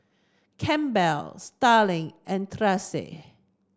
Campbell Starling and Kracee